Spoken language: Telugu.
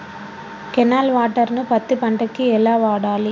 కెనాల్ వాటర్ ను పత్తి పంట కి ఎలా వాడాలి?